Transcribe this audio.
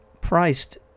priced